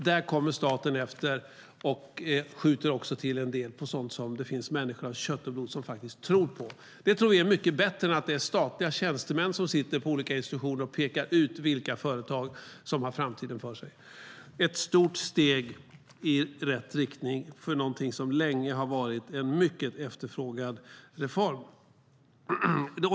Där kommer staten efter och skjuter till en del till sådant som människor av kött och blod faktiskt tror på. Det tror vi är mycket bättre än att det är statliga tjänstemän som sitter på olika institutioner och pekar ut vilka företag som har framtiden för sig. Det är ett stort steg i rätt riktning för någonting som länge har varit en mycket efterfrågad reform.